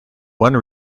one